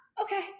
okay